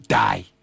die